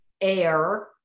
air